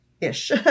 Ish